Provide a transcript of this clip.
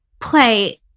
play